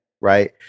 right